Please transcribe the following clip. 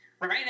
right